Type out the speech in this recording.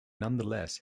nonetheless